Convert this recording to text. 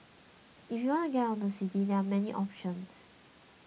if you want to get out of the city there are many options